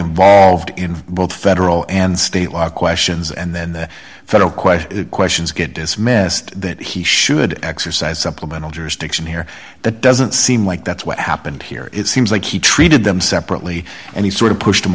involved in both federal and state law questions and then the federal question questions get dismissed that he should exercise supplemental jurisdiction here that doesn't seem like that's what happened here it seems like he treated them separately and he sort of pushed